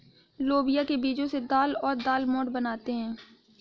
लोबिया के बीजो से दाल और दालमोट बनाते है